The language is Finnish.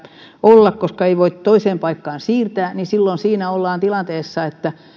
olla koska ei voi toiseen paikkaan siirtää niin silloin ollaan tilanteessa että